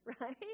Right